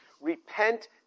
Repent